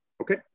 okay